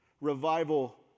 Revival